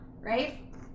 right